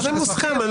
זה מוסכם.